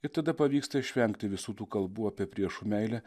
ir tada pavyksta išvengti visų tų kalbų apie priešų meilę